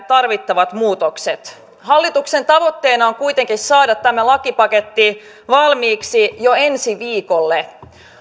tarvittavat muutokset hallituksen tavoitteena on kuitenkin saada tämä lakipaketti valmiiksi jo ensi viikolle